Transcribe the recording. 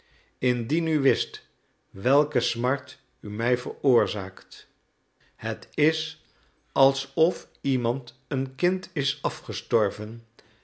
indien u wist welke smart u mij veroorzaakt het is alsof iemand een kind is afgestorven